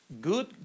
good